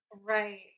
right